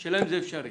זה אפשרי?